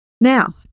Now